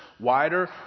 Wider